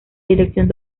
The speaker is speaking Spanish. dirección